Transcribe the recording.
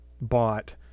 bought